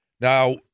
Now